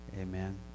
Amen